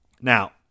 Now